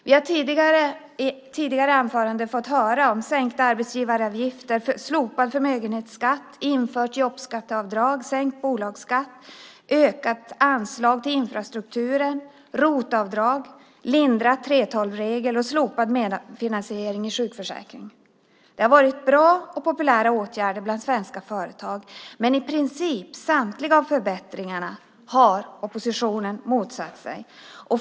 Vi har hört i tidigare inlägg här om sänkta arbetsgivaravgifter, infört jobbskatteavdrag, sänkt bolagsskatt, ökade anslag till infrastrukturen, infört ROT-avdrag, lindrade 3:12-regler och slopad medfinansiering i sjukförsäkringen. Det har varit bra och populära åtgärder bland svenska företag, men i princip samtliga av förbättringarna har oppositionen motsatt sig.